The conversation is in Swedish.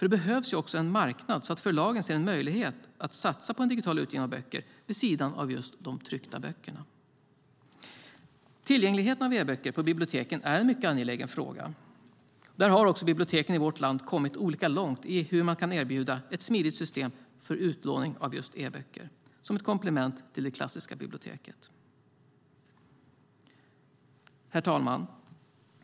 Det behövs nämligen en marknad så att förlagen ser en möjlighet att satsa på en digital utgivning av böcker vid sidan av de tryckta böckerna. Tillgängligheten till e-böcker på biblioteken är en mycket angelägen fråga. Där har också biblioteken i vårt land kommit olika långt i hur man kan erbjuda ett smidigt system för utlåning av e-böcker som ett komplement till det klassiska biblioteket. Herr talman!